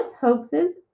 hoaxes